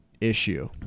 issue